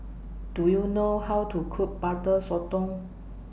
Do YOU know How to Cook Butter Sotong